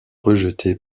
rejetée